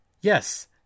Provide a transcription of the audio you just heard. Yes